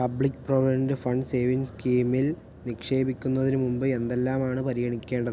public provident fund savings സ്കീമിൽ നിക്ഷേപിക്കുന്നതിനുമുൻപ് എന്തെല്ലാമാണ് പരിഗണിക്കേണ്ടത്